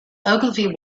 ogilvy